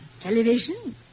television